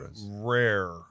rare